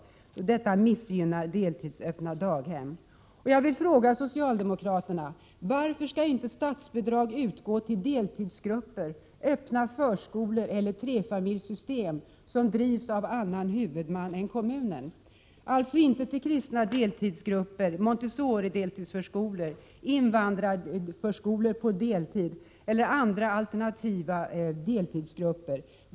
Detta missgynnar deltidsöppna daghem. Jag vill fråga socialdemokraterna: Varför skall inte statsbidrag utgå till deltidsgrupper, öppna förskolor eller trefamiljssystem som drivs av annan huvudman än kommunen, alltså kristna deltidsgrupper, montessorideltidsförskolor, invandrarförskolor på deltid eller andra alternativa deltidsgrupper?